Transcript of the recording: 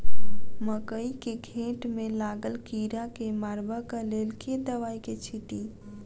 मकई केँ घेँट मे लागल कीड़ा केँ मारबाक लेल केँ दवाई केँ छीटि?